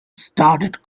started